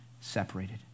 separated